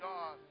God